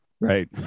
Right